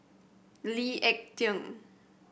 Lee Ek Tieng